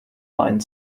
line